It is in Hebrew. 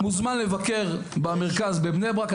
מוזמן לבקר במרכז בבני ברק.